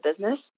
business